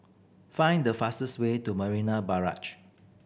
find the fastest way to Marina Barrage